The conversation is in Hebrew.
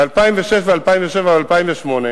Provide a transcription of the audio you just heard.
ב-2006, 2007 ו-2008